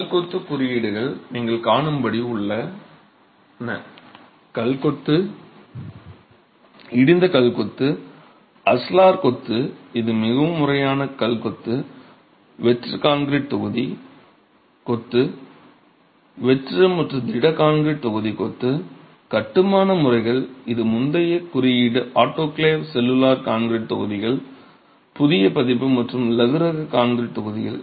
கல் கொத்து குறியீடுகள் நீங்கள் காணும் படி உள்ளன கல் கொத்து இடிந்த கல் கொத்து அஸ்லார் கொத்து இது மிகவும் முறையான கல் கொத்து வெற்று கான்கிரீட் தொகுதி கொத்து வெற்று மற்றும் திட கான்கிரீட் தொகுதி கொத்து கட்டுமான முறைகள் இது முந்தைய குறியீடு ஆட்டோகிளேவ் செல்லுலார் கான்கிரீட் தொகுதிகள் புதிய பதிப்பு மற்றும் இலகுரக கான்கிரீட் தொகுதிகள்